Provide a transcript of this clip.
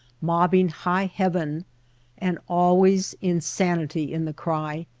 mobbing high heaven and always insanity in the cry,